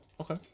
Okay